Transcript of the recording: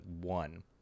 one